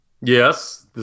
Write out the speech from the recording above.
yes